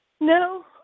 No